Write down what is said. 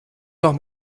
noch